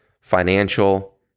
financial